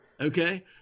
Okay